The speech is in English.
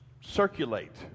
circulate